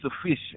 sufficient